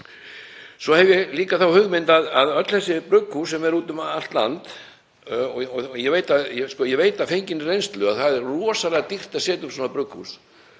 Svo hef ég líka hugmyndir varðandi öll þessi brugghús úti um allt land. Ég veit af fenginni reynslu að það er rosalega dýrt að setja upp svona brugghús